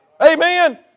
Amen